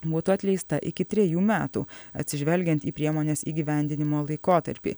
būtų atleista iki trejų metų atsižvelgiant į priemonės įgyvendinimo laikotarpį